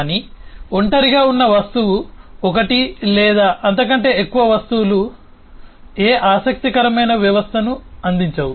కానీ ఒంటరిగా ఉన్న వస్తువు ఒకటి లేదా అంతకంటే ఎక్కువ వస్తువులు ఏ ఆసక్తికరమైన వ్యవస్థను అందించవు